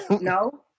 No